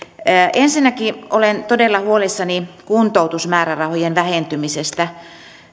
ensinnäkin olen todella huolissani kuntoutusmäärärahojen vähentymisestä